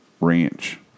ranch